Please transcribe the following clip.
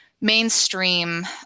mainstream